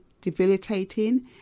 debilitating